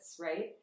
right